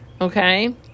Okay